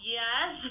yes